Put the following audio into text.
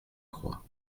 croix